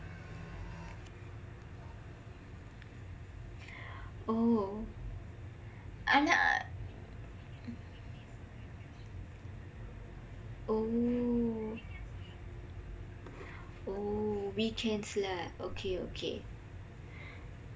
oh ஆனா:aanaa oh oh weekendslae okay okay